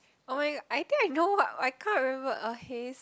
[oh]-my-god I think I know what but I can't remember uh haste